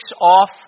off